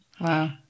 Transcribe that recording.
wow